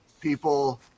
people